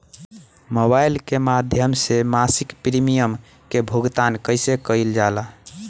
Mobile के माध्यम से मासिक प्रीमियम के भुगतान कैसे कइल जाला?